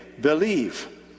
believe